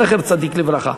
זכר צדיק לברכה.